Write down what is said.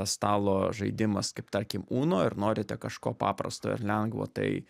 stalo žaidimas kaip tarkim uno ir norite kažko paprasto ir lengvo tai